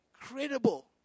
incredible